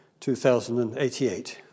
2088